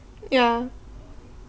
yeah